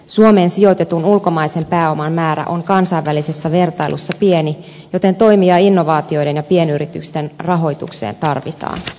suomeen sijoitetun ulkomaisen pääoman määrä on kansainvälisessä vertailussa pieni joten toimia innovaatioiden ja pienyritysten rahoitukseen tarvitaan